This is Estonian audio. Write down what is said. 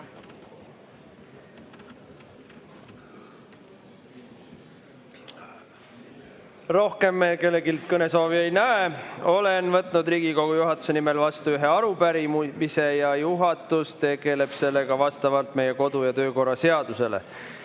Rohkem kellegi kõnesoove ei näe. Olen võtnud Riigikogu juhatuse nimel vastu ühe arupärimise ja juhatus tegeleb sellega vastavalt meie kodu- ja töökorra seadusele.